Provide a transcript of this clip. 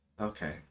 Okay